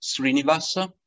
Srinivas